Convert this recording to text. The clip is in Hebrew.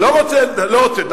לא רוצה, לא רוצה.